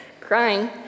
crying